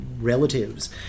relatives